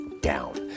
down